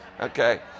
okay